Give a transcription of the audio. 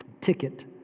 ticket